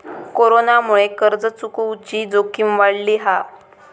कोरोनामुळे कर्ज चुकवुची जोखीम वाढली हा